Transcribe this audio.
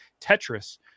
Tetris